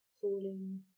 falling